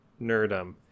nerdum